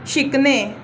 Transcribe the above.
शिकणे